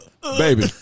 Baby